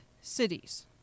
cities